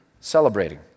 celebrating